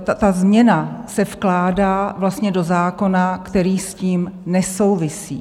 Ta změna se vkládá vlastně do zákona, který s tím nesouvisí.